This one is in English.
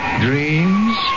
dreams